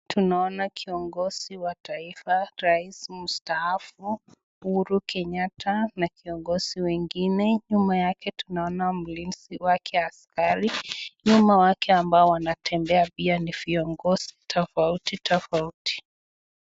Tunaona kiongozi wa taifa rais mstaafu Uhuru Kenyatta na kiongozi wengine . Nyuma yake tunaona mlinzi wake askari . Nyuma wake ambao wanatembea pia ni viongozi tofauti tofauti .